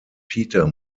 peter